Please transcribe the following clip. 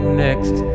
next